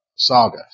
saga